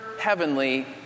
heavenly